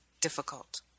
difficult